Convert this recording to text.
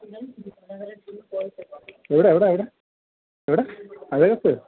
എവിടെ എവിടെ എവിടെ എവിടെ അതേകത്ത്